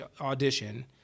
audition